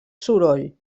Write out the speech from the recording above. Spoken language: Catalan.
soroll